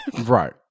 Right